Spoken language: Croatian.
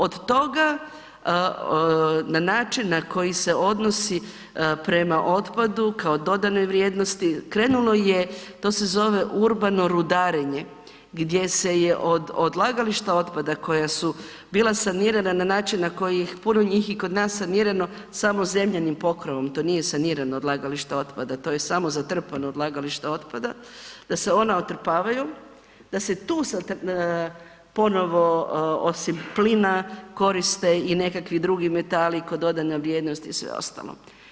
Od toga na način na koji se odnosi prema otpadu kao dodanoj vrijednosti krenulo je, to se zove urbano rudarenje gdje se je odlagališta otpada koja su bila sanirana na način na koji ih puno njih i kod nas sanirano, samo zemljanim pokrovom, to nije sanirano odlagalište otpada, to je samo zatrpano odlagalište otpada da se ona otrpavaju da se tu sada ponovo osim plina koriste i nekakvi drugi metali kao dodana vrijednost i sve ostalo.